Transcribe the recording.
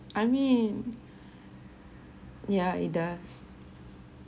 I mean yeah it does